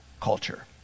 culture